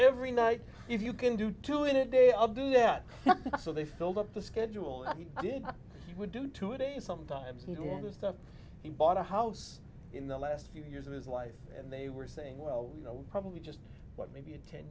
every night if you can do two in a day i'll do that so they filled up the schedule that you would do today sometimes you want to stuff he bought a house in the last few years of his life and they were saying well you know probably just what maybe a ten